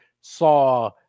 saw